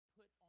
put